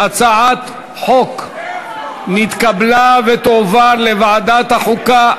הצעת החוק נתקבלה ותועבר לוועדת החוקה,